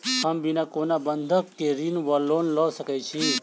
हम बिना कोनो बंधक केँ ऋण वा लोन लऽ सकै छी?